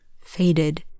faded